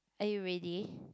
are you ready